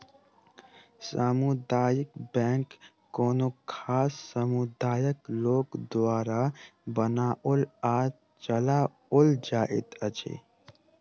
सामुदायिक बैंक कोनो खास समुदायक लोक द्वारा बनाओल आ चलाओल जाइत अछि